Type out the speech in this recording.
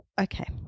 Okay